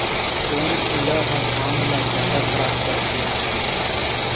कोन कीड़ा ह धान ल जादा खराब करथे?